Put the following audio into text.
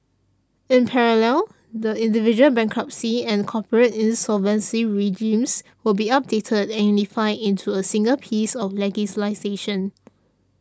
in parallel the individual bankruptcy and corporate insolvency regimes will be updated and unified into a single piece of